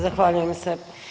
Zahvaljujem se.